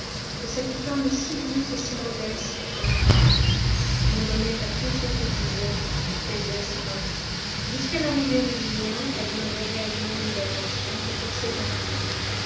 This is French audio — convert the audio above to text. que cette femme si douce si modeste en apparence n'en donnait à tout ce que disait ou faisait son mari jusqu'à l'arrivée de julien elle n'avait réellement eu d'attention que pour ses enfants